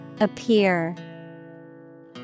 Appear